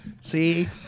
See